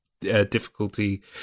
difficulty